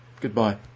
Goodbye